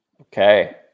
Okay